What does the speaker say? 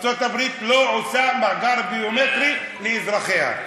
ארצות-הברית לא עושה מאגר ביומטרי לאזרחיה.